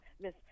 Miss